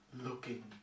looking